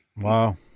Wow